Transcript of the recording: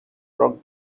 rock